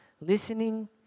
listening